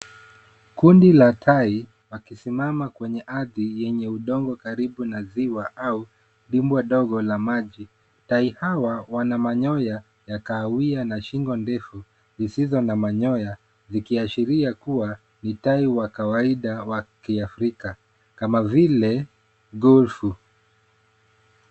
Kundi la tai wakisimama kwenye ardhi yenye udongo karibu na ziwa au dimbwi dogo la maji. Tai hawa wana manyoya ya kahawia na shingo ndefu zisizo na manyoya zikiashiria kuwa ni tai wa kawaida wa Kiafrika kama vile golfu.